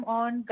on